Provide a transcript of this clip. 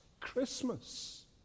Christmas